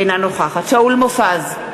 אינה נוכחת שאול מופז,